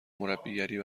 مربیگری